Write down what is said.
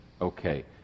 Okay